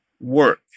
work